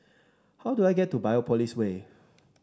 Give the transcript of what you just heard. how do I get to Biopolis Way